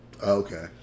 Okay